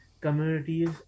communities